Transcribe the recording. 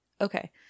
Okay